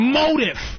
motive